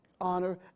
Honor